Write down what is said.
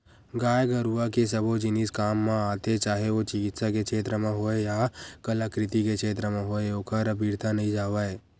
गाय गरुवा के सबो जिनिस काम म आथे चाहे ओ चिकित्सा के छेत्र म होय या कलाकृति के क्षेत्र म होय ओहर अबिरथा नइ जावय